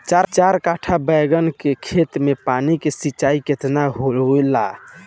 चार कट्ठा बैंगन के खेत में पानी के सिंचाई केतना होला?